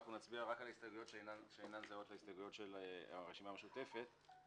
נצביע רק על הסתייגויות שאינן זהות להסתייגויות של הרשימה המשותפת.